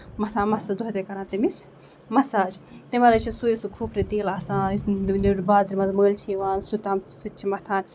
مَتھان مَتَس دۄہے دۄہٕے کران تَمِچ مَساج تَمہِ وَرٲے چھُ سُے سُہ کھوٗپرٕ تیٖل آسان یُس نٮ۪برٕ بازرٕ منٛز مٔلۍ چھُ یِوان سُہ تام سُہ تہِ چھِ مَتھان